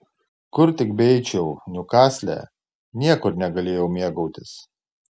kur tik beeičiau niukasle niekur negalėjau mėgautis